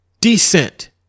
descent